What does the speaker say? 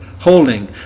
Holding